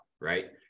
right